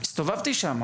שאמרתי,